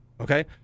okay